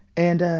and, ah,